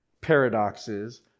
paradoxes